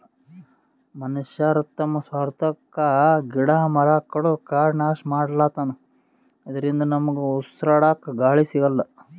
ಮನಶ್ಯಾರ್ ತಮ್ಮ್ ಸ್ವಾರ್ಥಕ್ಕಾ ಗಿಡ ಮರ ಕಡದು ಕಾಡ್ ನಾಶ್ ಮಾಡ್ಲತನ್ ಇದರಿಂದ ನಮ್ಗ್ ಉಸ್ರಾಡಕ್ಕ್ ಗಾಳಿ ಸಿಗಲ್ಲ್